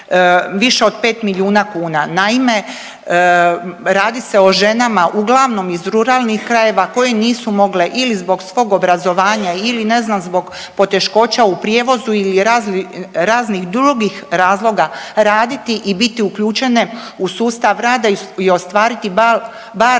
više od 5 milijuna kuna. Naime, radi se o ženama uglavnom iz ruralnih krajeva koje nisu mogle ili zbog svog obrazovanja ili ne znam zbog poteškoća u prijevozu ili raznih drugih razloga raditi i biti uključene u sustav rada i ostvariti bar